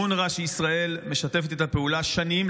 אונר"א שישראל משתפת איתה פעולה שנים,